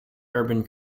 urban